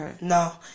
No